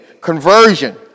Conversion